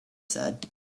said